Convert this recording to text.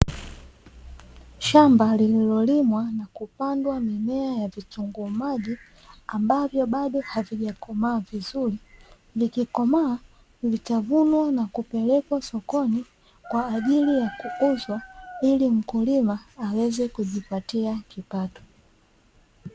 Shamba lililolimwa na kupandwa mimea ya vitunguu maji, ambavyo bado havijakomaa vizuri, vikikomaa vitavunwa na kupelekwa sokoni kwa ajili ya kuuzwa ili mkulima aweze kujipatia kipato.